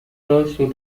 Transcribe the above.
است